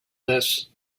this